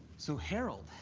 so harold?